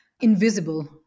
invisible